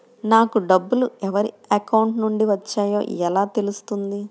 నాకు డబ్బులు ఎవరి అకౌంట్ నుండి వచ్చాయో ఎలా తెలుస్తుంది?